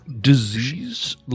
disease